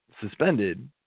suspended